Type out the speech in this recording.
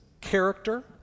character